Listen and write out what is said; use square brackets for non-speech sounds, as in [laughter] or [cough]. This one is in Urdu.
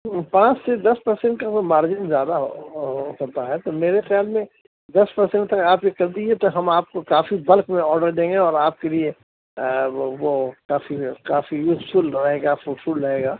پانچ سے دس پر سینٹ کا کوئی مارجن زیادہ ہو سکتا ہے تو میرے خیال میں دس پر سینٹ تک آپ یہ کر دیجیے تو ہم آپ کو کافی بلک میں آڈر دیں گے اور آپ کے لیے وہ کافی کافی یوزفل رہے گا [unintelligible] رہے گا